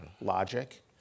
logic